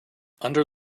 under